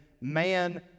man